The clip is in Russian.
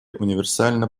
универсально